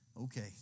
Okay